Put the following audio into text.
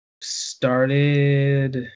started